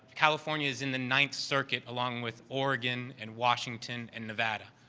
california is in the ninth circuit along with oregon, and washington, and nevada.